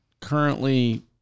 currently